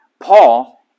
Paul